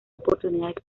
oportunidades